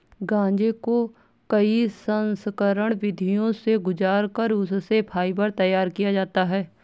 गांजे को कई संस्करण विधियों से गुजार कर उससे फाइबर तैयार किया जाता है